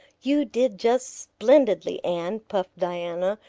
you did just splendidly, anne, puffed diana,